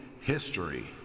history